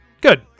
Good